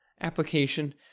application